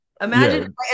imagine